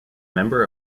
member